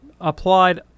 applied